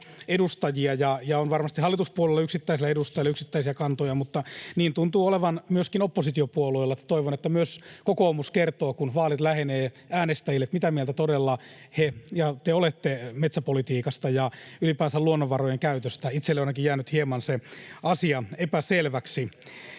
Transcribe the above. edustajia ja on varmasti hallituspuolueilla yksittäisillä edustajilla yksittäisiä kantoja, mutta niin tuntuu olevan myöskin oppositiopuolueilla, niin että toivon, että myös kokoomus kertoo, kun vaalit lähenevät, äänestäjille, mitä mieltä todella te olette metsäpolitiikasta ja ylipäänsä luonnonvarojen käytöstä. Itselle on ainakin jäänyt hieman se asia epäselväksi.